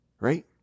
Right